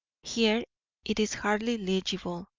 here it is hardly legible,